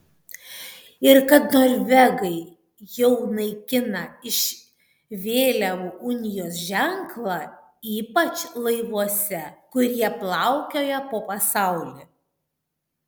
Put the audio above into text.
ir kad norvegai jau naikina iš vėliavų unijos ženklą ypač laivuose kurie plaukioja po pasaulį